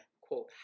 quote